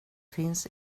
finns